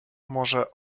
może